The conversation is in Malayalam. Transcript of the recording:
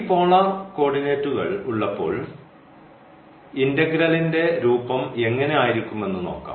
ഈ പോളാർ കോർഡിനേറ്റുകൾ ഉള്ളപ്പോൾ ഇന്റഗ്രൽൻറെ രൂപം എങ്ങനെ ആയിരിക്കും എന്ന് നോക്കാം